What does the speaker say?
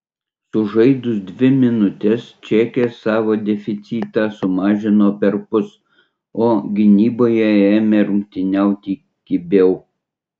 sužaidus dvi minutes čekės savo deficitą sumažino perpus o gynyboje ėmė rungtyniauti kibiau